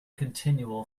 continual